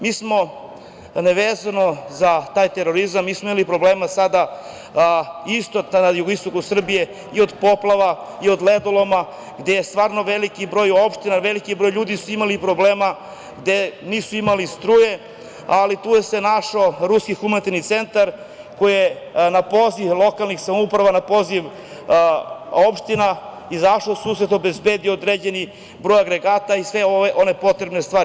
Mi smo nevezano za taj terorizam, mi smo imali problema sada isto na jugo-istoku Srbije i od poplava, i od ledoloma, gde je stvarno veliki broj opština, veliki broj ljudi su imali problema, gde nisu imali struje, ali tu se našao Ruski humanitarni centar koji je na poziv lokalnih samouprava, na poziv opština, izašlo u susret i obezbedio određen broj agregata i sve ostale potrebne stvari.